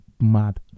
mad